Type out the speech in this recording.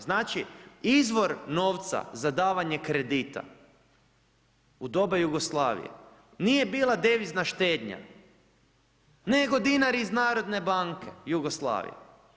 Znači, izvor novca za davanje kredita u doba Jugoslavije nije bila devizna štednja nego dinari iz Narodne banke Jugoslavije.